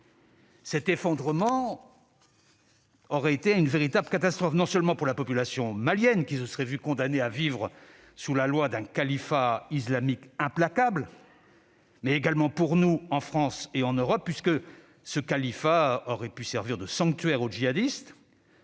Cet effondrement aurait été une véritable catastrophe, non seulement pour la population malienne, qui aurait été condamnée à vivre sous la loi d'un califat islamique implacable, mais également pour nous, en France et en Europe, puisque ce califat aurait pu servir de sanctuaire aux djihadistes